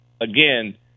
again